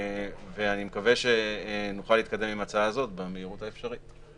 ואני מקווה שנוכל להתקדם עם ההצעה הזאת במהירות האפשרית.